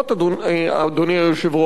אדוני היושב-ראש,